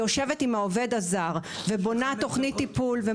יושבת עם העובד הזר ובונה תכנית טיפול.